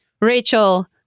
Rachel